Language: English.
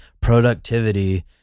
productivity